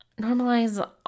normalize